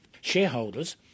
shareholders